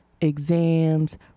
exams